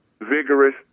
vigorous